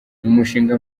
umushinga